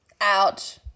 Ouch